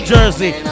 Jersey